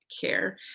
care